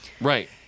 Right